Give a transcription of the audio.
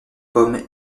pomme